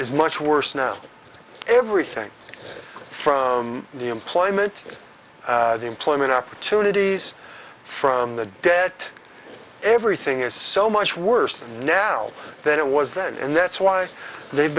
is much worse now everything from the employment the employment opportunities from the dead everything is so much worse now than it was then and that's why they've